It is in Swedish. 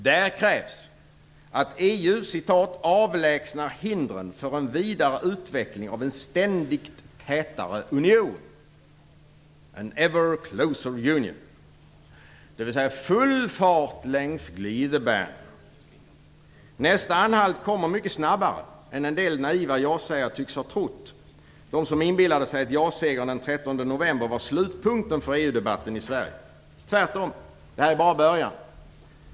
Där kärvs att EU "avlägsnar hindren för en vidare utveckling av en ständigt tätare union" - an ever closer union, dvs. full fart längs glidebanen. Nästa anhalt kommer mycket snabbare än vad en del naiva ja-sägare tycks ha trott, de som inbillade sig att ja-sägande den 13 november var slutpunkten för EU-debatten i Sverige. Det är tvärtom. Det här är bara början.